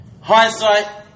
Hindsight